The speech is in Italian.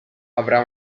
avrà